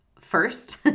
first